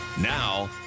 Now